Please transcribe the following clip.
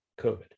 COVID